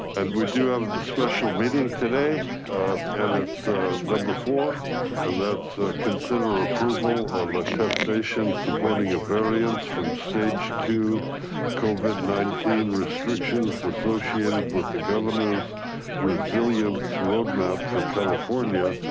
and we do have the special meeting today and it's number four and that's consider approval of a test station supporting a variance from stage two covid nineteen restrictions associated with the governor's resilience roadmap for california,